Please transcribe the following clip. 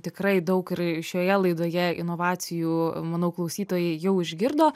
tikrai daug ir šioje laidoje inovacijų manau klausytojai jau išgirdo